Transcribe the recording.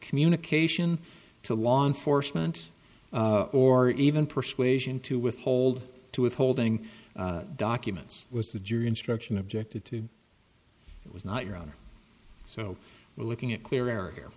communication to law enforcement or even persuasion to withhold to withholding documents was the jury instruction objected to it was not your honor so we're looking at clear